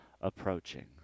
approaching